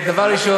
דבר ראשון,